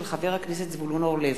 של חבר הכנסת זבולון אורלב,